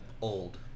old